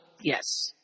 Yes